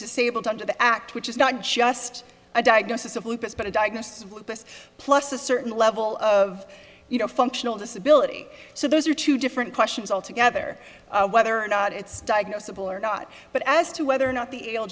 disabled under the act which is not just a diagnosis of lupus but a diagnosis plus a certain level of you know functional disability so those are two different questions altogether whether or not it's diagnosable or not but as to whether or not the